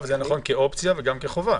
זה נכון כאופציה וגם כחובה.